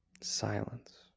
Silence